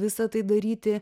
visą tai daryti